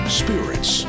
spirits